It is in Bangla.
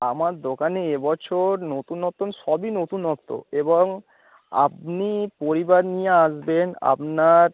আমার দোকানে এ বছর নতুন নতুন সবই নতুনত্ব এবং আপনি পরিবার নিয়ে আসবেন আপনার